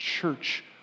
church